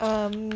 um